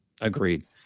Agreed